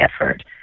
effort